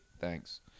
thanks